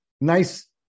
nice